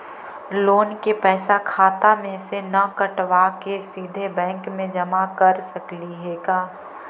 Loan के पैसा खाता मे से न कटवा के सिधे बैंक में जमा कर सकली हे का?